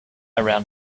around